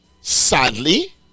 sadly